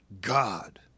God